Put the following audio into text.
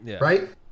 right